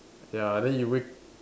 ya then you wake